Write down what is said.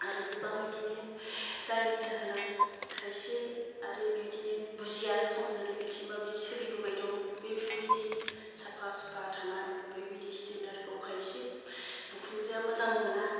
आरो गोबां इदिनो जायनि जाहोनाव खायसे आरो बिदिनो बुजिया समजो लोगोसे माब्रै सोलिबोबाय दं बेफोरबायदि साफा सुफा थानाय बिबायदि स्टेन्डार्डखौ खायसे बिखुनजोआ मोजां मोना